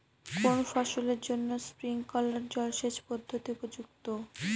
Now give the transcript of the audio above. কোন ফসলের জন্য স্প্রিংকলার জলসেচ পদ্ধতি উপযুক্ত?